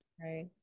Right